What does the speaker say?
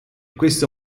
questo